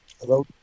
hello